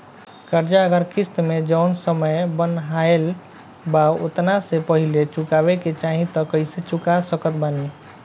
कर्जा अगर किश्त मे जऊन समय बनहाएल बा ओतना से पहिले चुकावे के चाहीं त कइसे चुका सकत बानी?